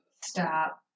Stop